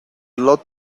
lot